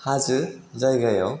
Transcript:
हाजो जायगायाव